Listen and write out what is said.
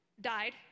died